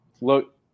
Look